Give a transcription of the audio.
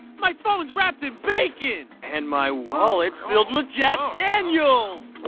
my phone's wrapped in bacon! and my wallet's filled with jack daniels!